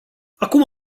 acum